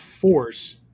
force